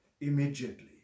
immediately